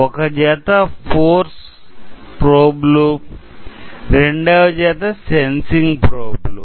ఒక జత ఫోర్స్ ప్రోబ్లు రెండవ జత సెన్సింగ్ ప్రోబ్లు